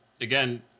again